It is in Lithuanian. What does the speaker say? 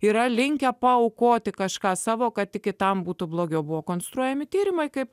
yra linkę paaukoti kažką savo kad kitam būtų blogiau buvo konstruojami tyrimą kaip